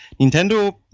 Nintendo